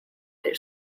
their